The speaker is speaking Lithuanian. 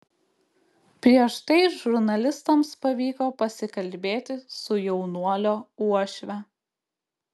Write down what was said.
prieš tai žurnalistams pavyko pasikalbėti su jaunuolio uošve